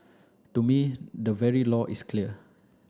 to me the very law is clear